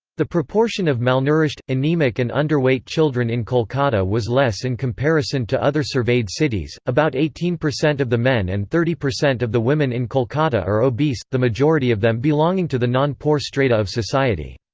the proportion of malnourished, anaemic and underweight children in kolkata was less in comparison to other surveyed cities about eighteen percent of the men and thirty percent of the women in kolkata are obese the majority of them belonging to the non-poor strata of society.